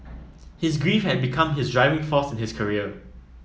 his grief had become his driving force his career